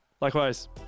Likewise